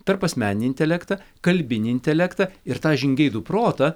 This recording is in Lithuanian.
tarpasmeninį intelektą kalbinį intelektą ir tą žingeidų protą